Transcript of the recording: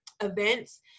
events